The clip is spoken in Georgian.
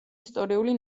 ისტორიული